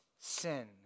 sin